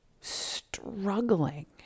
struggling